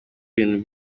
ibintu